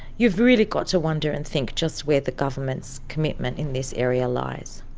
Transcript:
you've really got to wonder and think just where the government's commitment in this area lies.